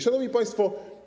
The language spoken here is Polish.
Szanowni Państwo!